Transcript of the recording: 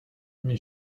mes